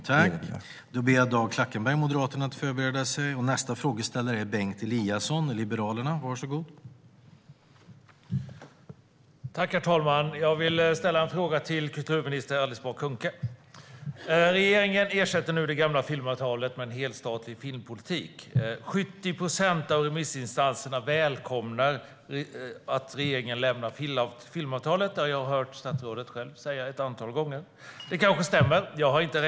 Det är vad vi gör.